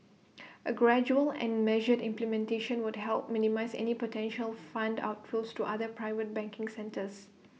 A gradual and measured implementation would help minimise any potential fund outflows to other private banking centres